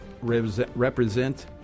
represent